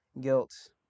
guilt